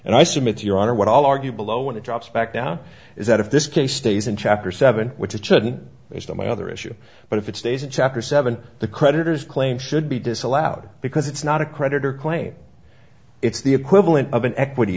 and i submit your honor what i'll argue below want to drops back down is that if this case stays in chapter seven which it shouldn't based on the other issue but if it stays in chapter seven the creditors claim should be disallowed because it's not a creditor claim it's the equivalent of an equity